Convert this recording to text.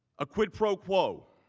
ah quid pro quo.